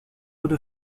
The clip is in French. hauts